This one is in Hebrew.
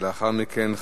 ולאחר מכן,